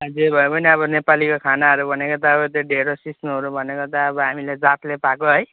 जे भए पनि अब नेपालीको खानाहरू भनेको त अब त्यो ढिँडो सिस्नुहरू भनेको त अब हामीले जातले पाएको है